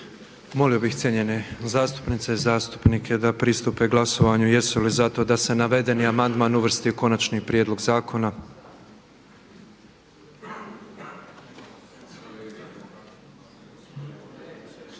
Molim cijenjene zastupnice i zastupnike da pristupe glasovanju tko je za to da se predloženi amandman uvrsti u konačni prijedlog zakona?